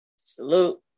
Salute